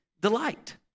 delight